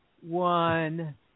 one